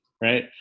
Right